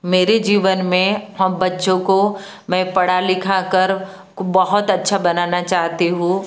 मेरे जीवन में हम बच्चों को मैं पढ़ा लिखा कर बहुत अच्छा बनाना चाहती हूँ